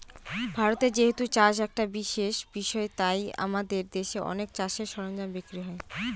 ভারতে যেহেতু চাষ একটা বিশেষ বিষয় তাই আমাদের দেশে অনেক চাষের সরঞ্জাম বিক্রি হয়